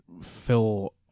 fill